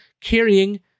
carrying